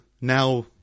now